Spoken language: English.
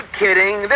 kidding